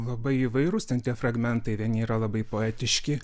labai įvairus ten tie fragmentai vieni yra labai poetiški